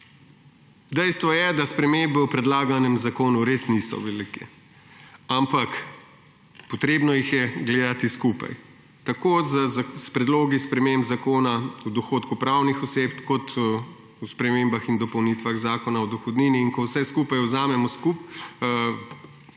Dejstvo je, da spremembe v predlaganem zakonu res niso velike, ampak potrebno jih je gledati skupaj, tako s predlogi sprememb Zakona o dohodku pravnih oseb kot v spremembah in dopolnitvah Zakona o dohodnini. In ko vse skupaj vzamemo skupaj